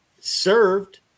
served